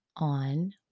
On